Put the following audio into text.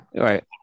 Right